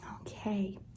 okay